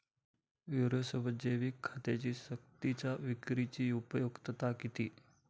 युरियासोबत जैविक खतांची सक्तीच्या विक्रीची उपयुक्तता किती?